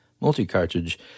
multi-cartridge